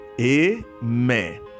Amen